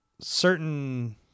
certain